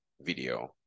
video